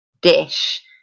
dish